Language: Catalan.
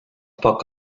poc